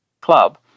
club